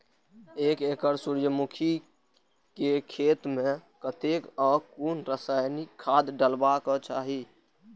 एक एकड़ सूर्यमुखी केय खेत मेय कतेक आ कुन रासायनिक खाद डलबाक चाहि?